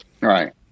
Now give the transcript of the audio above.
right